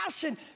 passion